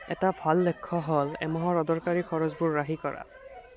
এটা ভাল লক্ষ্য হ'ল এমাহৰ অদৰকাৰী খৰচবোৰ ৰাহি কৰা